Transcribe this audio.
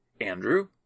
Andrew